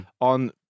on